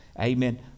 amen